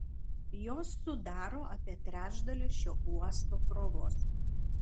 jos sudaro apie trečdalį šio uosto krovos